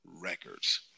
records